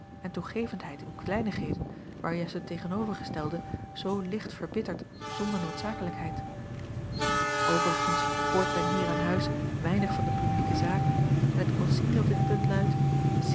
en toegevendheid in kleinigheden waar juist het tegenovergestelde zoo licht verbittert zonder noodzakelijkheid a l g bosboom-toussaint langs een omweg overigens hoort men hier aan huis weinig van de publieke zaken en het consigne op dit punt luidt